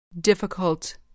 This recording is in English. Difficult